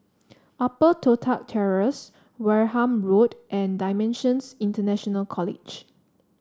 Upper Toh Tuck Terrace Wareham Road and Dimensions International College